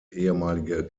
ehemalige